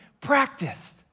practiced